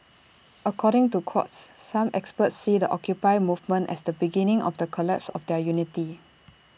according to Quartz some experts see the occupy movement as the beginning of the collapse of their unity